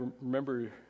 remember